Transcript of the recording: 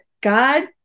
god